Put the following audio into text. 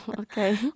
Okay